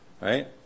Right